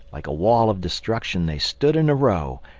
like a wall of destruction they stood in a row,